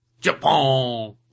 Japan